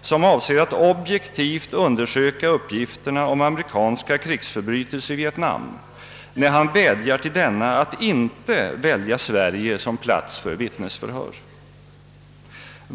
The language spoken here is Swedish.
som avser att objektivt undersöka uppgifterna om amerikanska krigsförbrytelser i Vietnam, att inte välja Sverige som plats för vittnesförhör?